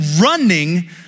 running